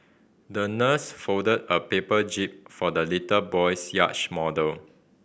the nurse folded a paper jib for the little boy's yacht model